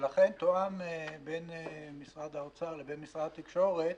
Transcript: ולכן תואם בין משרד האוצר לבין משרד התקשורת